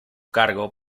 cargo